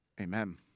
amen